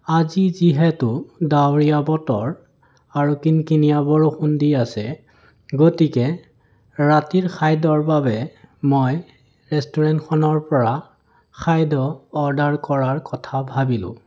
আজি যিহেতু ডাৱৰীয়া বতৰ আৰু কিন্কিনিয়া বৰষুণ দি আছে গতিকে ৰাতিৰ খাদ্যৰ বাবে মই ৰেষ্টুৰেণ্টখনৰ পৰা খাদ্য অৰ্ডাৰ কৰাৰ কথা ভাবিলোঁ